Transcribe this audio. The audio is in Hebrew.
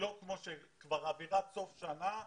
לא כמו שכבר אווירת סוף שנה,